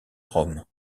rome